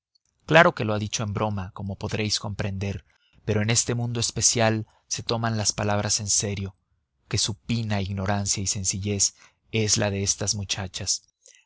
claro que lo ha dicho en broma como podréis comprender pero en este mundo especial se toman las palabras en serio qué supina ignorancia y sencillez es la de estas muchachas